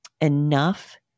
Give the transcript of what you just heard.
enough